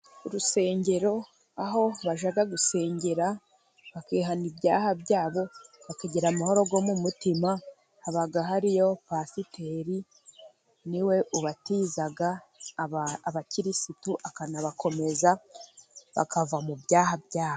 Urusengero aho bajya gusengera, bakihana ibyaha byabo, bakagira amahoro mu mutima, haba hariyo pasiteri ni we ubatiza abakirisitu akanabakomeza bakava mu byaha byabo.